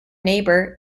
neighbour